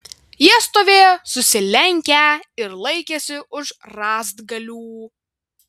jie stovėjo susilenkę ir laikėsi už rąstgalių